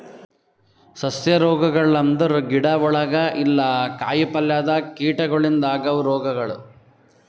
ಸಸ್ಯ ರೋಗಗೊಳ್ ಅಂದುರ್ ಗಿಡ ಒಳಗ ಇಲ್ಲಾ ಕಾಯಿ ಪಲ್ಯದಾಗ್ ಕೀಟಗೊಳಿಂದ್ ಆಗವ್ ರೋಗಗೊಳ್